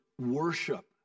worship